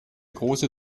große